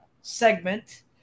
segment